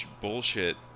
bullshit